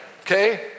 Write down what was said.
okay